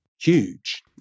huge